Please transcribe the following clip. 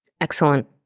Excellent